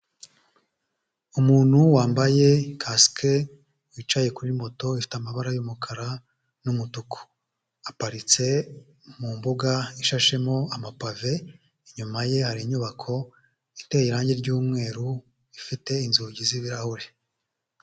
Umuntu wambaye kasike, wicaye kuri moto ifite amabara y'umukara n'umutuku, aparitse mu mbuga ishashemo amapave, inyuma ye hari inyubako, iteye irangi ry'umweru, ifite inzugi z'ibirahure.